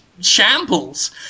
shambles